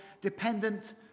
dependent